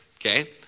okay